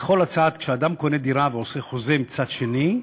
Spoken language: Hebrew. בכל, כשאדם קונה דירה ועושה חוזה עם צד שני,